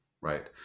right